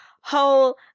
whole